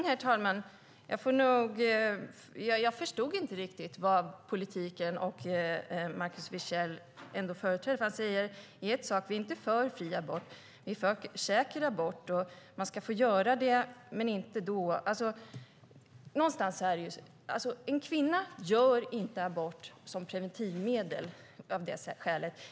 Herr talman! Jag förstod inte riktigt vilken politik Markus Wiechel företräder. Han säger att ni inte är för fri abort, att ni är för säker abort, att man ska få göra abort men inte efter tolfte veckan. En kvinna använder inte abort som preventivmedel.